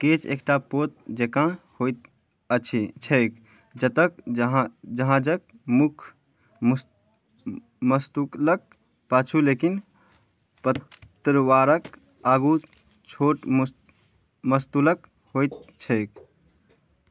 केच एकटा पोत जकाँ होइत अछि छैक जतऽ जहाँ जहाजक मुख्य मस्त मस्तूलक पाछू लेकिन पतवारक आगू छोट मस मस्तूल होइत छैक